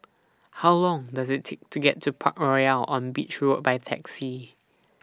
How Long Does IT Take to get to Parkroyal on Beach Road By Taxi